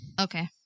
Okay